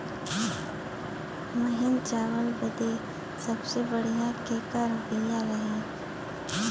महीन चावल बदे सबसे बढ़िया केकर बिया रही?